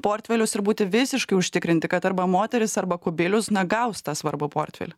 portfelius ir būti visiškai užtikrinti kad arba moteris arba kubilius na gaus tą svarbų portfelį